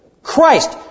Christ